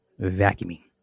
vacuuming